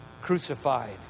crucified